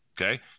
okay